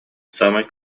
саамай